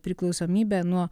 priklausomybę nuo